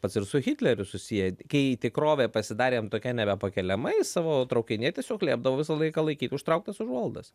pats ir su hitleriu susiję kai tikrovė pasidarė jam tokia nebepakeliama jis savo traukinyje tiesiog liepdavo visą laiką laikyt užtrauktas užuolaidas